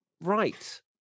Right